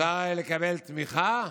אפשר לקבל תמיכה?